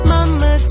Mama